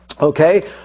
Okay